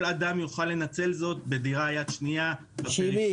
כל אדם יוכל לנצל זאת בדירת יד שנייה בפריפריה,